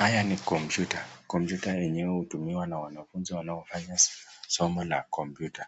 Haya ni computer . Computer yenyewe hutumiwa na wanafunzi wanaofanya somo la computer .